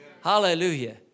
Hallelujah